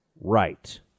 Right